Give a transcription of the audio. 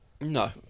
No